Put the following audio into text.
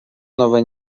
nowe